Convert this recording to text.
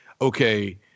okay